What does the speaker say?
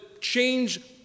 change